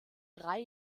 drei